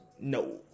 No